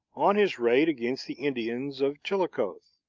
on his raid against the indians of chillicothe.